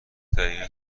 دقیقه